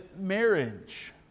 marriage